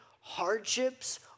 hardships